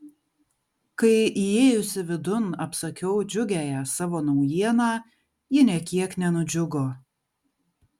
kai įėjusi vidun apsakiau džiugiąją savo naujieną ji nė kiek nenudžiugo